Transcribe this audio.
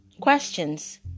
Questions